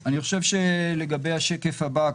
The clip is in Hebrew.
אני חושב שלגבי השקף הבא,